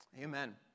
Amen